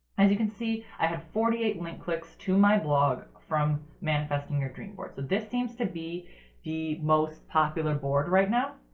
as you can see i have forty eight link clicks to my blog from manifesting your dream board so this seems to be the most popular board right now.